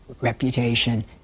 reputation